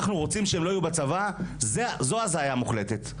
רוצים שהן לא יהיו בצבא זו הזיה מוחלטת.